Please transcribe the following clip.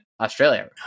australia